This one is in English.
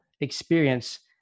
experience